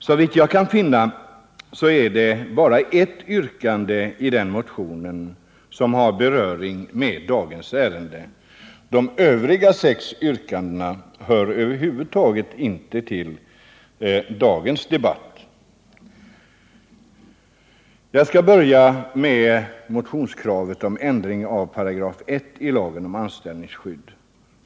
Såvitt jag kan finna är det bara ett yrkande i motion 1053 som har beröring med dagens ärende. De övriga sex yrkandena hör över huvud taget inte till dagens debatt. Jag skall börja med motionskravet om ändring av 1§ i lagen om anställningsskydd.